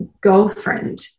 girlfriend